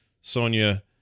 Sonya